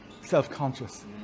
self-conscious